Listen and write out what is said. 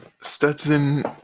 Stetson